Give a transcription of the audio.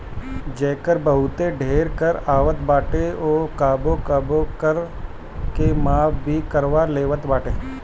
जेकर बहुते ढेर कर आवत बाटे उ कबो कबो कर के माफ़ भी करवा लेवत बाटे